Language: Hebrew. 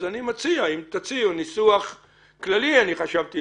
אז אני מציע שיהיה ניסוח כללי שיפתח פתח,